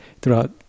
throughout